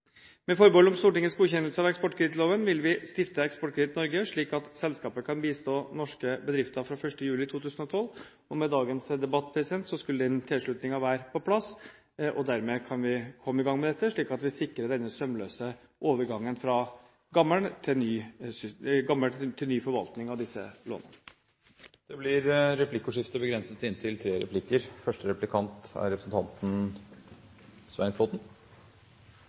Med forbehold om Stortingets godkjennelse av eksportkredittloven vil vi stifte Eksportkreditt Norge AS, slik at selskapet kan bistå norske bedrifter fra 1. juli 2012. Med dagens debatt skulle den tilslutningen være på plass. Dermed kan vi komme i gang med dette, slik at vi sikrer denne sømløse overgangen fra gammel til ny forvaltning av disse lånene. Det blir replikkordskifte. I en setning i sitt innlegg berører statsråden forholdet til ESA – det er